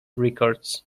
records